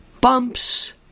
bumps